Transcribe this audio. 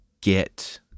get